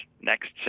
next